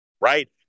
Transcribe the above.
right